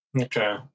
Okay